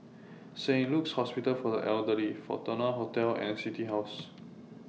Saint Luke's Hospital For The Elderly Fortuna Hotel and City House